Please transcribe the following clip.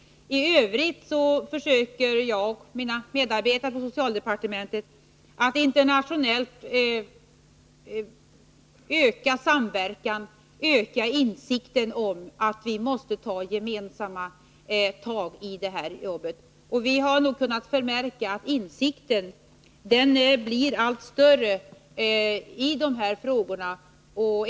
I övrigt försöker jag och mina medarbetare på socialdepartementet att internationellt arbeta för att öka samverkan och insikten om att vi måste ta gemensamma tag i de här frågorna. Vi har också kunnat förmärka att insikten när det gäller de här frågorna blir allt större.